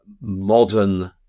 modern